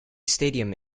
stadium